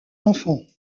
enfants